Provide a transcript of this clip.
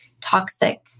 toxic